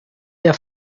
der